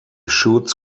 shoots